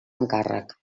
encàrrec